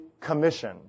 commission